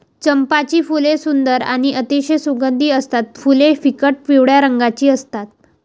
चंपाची फुले सुंदर आणि अतिशय सुगंधी असतात फुले फिकट पिवळ्या रंगाची असतात